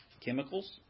Chemicals